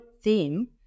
theme